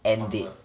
end it